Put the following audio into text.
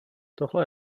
tohle